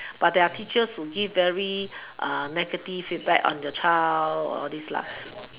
but there are teachers who give uh very negative feedback on your child or all these lah